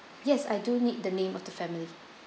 yes I do need the name of the family